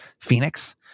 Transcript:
Phoenix